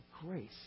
grace